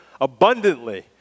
abundantly